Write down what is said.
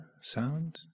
sound